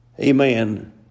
Amen